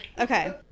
okay